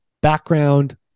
background